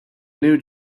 new